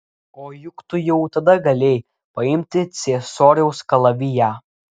o juk tu jau tada galėjai paimti ciesoriaus kalaviją